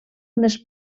unes